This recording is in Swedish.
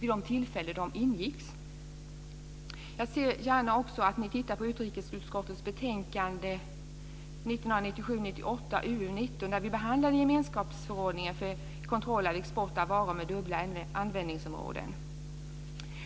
vid de tillfällen som de ingicks? Jag ser också gärna att ni tittar på utrikesutskottets betänkande 1997/98:UU19 där vi behandlade gemenskapsförordningen för kontroll av export av varor med dubbla användningsområden.